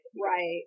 Right